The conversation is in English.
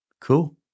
Cool